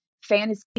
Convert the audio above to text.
fantasy